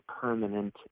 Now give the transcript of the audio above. permanent